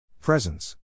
Presence